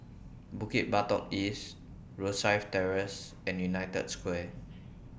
Bukit Batok East Rosyth Terrace and United Square